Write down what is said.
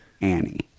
Annie